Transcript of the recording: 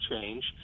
change